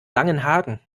langenhagen